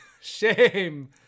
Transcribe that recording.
shame